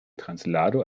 trasladó